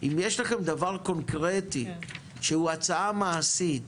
אם יש לכם דבר קונקרטי, שהוא הצעה מעשית,